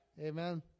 Amen